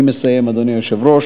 אני מסיים, אדוני היושב-ראש.